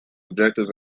objectives